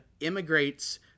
immigrates